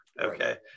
okay